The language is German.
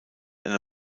eine